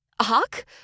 Hawk